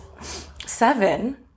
seven